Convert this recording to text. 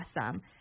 awesome